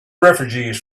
refugees